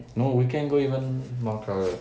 no weekend go even more crowded